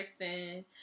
person